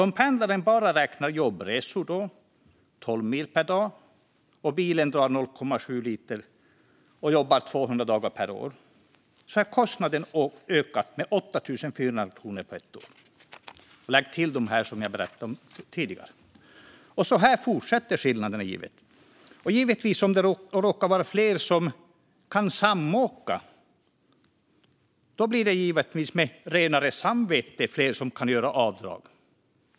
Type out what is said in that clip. Om pendlaren bara räknar jobbresor på 12 mil per dag, bilen drar 0,7 liter och personen jobbar 200 dagar per år har kostnaden ökat för hen med 8 400 kronor på ett år. Lägg därtill det som jag berättade om tidigare. Så här fortsätter skillnaderna. Om det råkar vara fler som kan samåka blir det givetvis fler som kan göra avdrag med renare samvete.